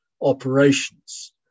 operations